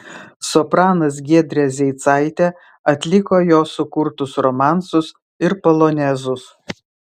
sopranas giedrė zeicaitė atliko jo sukurtus romansus ir polonezus